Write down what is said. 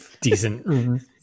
decent